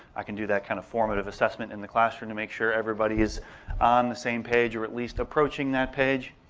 i can do that kind of formative assessment in the classroom to make sure everybody's on the same page or at least approaching that page.